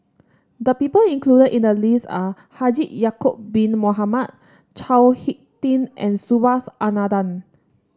the people included in the list are Haji Ya'acob Bin Mohamed Chao HicK Tin and Subhas Anandan